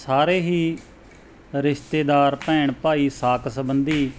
ਸਾਰੇ ਹੀ ਰਿਸ਼ਤੇਦਾਰ ਭੈਣ ਭਾਈ ਸਾਕ ਸੰਬੰਧੀ